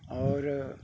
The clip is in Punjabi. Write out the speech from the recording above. ਔਰ